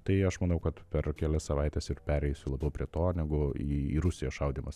tai aš manau kad per kelias savaites ir pereisiu prie to negu į į rusiją šaudymas